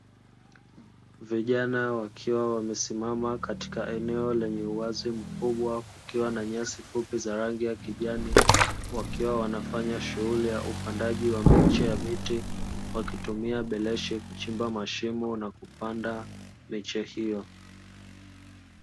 Vijana wakiwa wamesimama katika eneo lenye uwazi mkubwa, kukiwa na nyasi fupi za rangi ya kijani, wakiwa wanafanya shughuli ya upandaji wa miche ya miti, wakitumia beleshi kuchimba mashimo na kupanda miche hiyo.